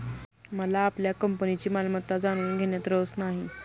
मला आपल्या कंपनीची मालमत्ता जाणून घेण्यात रस नाही